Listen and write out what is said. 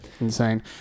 Insane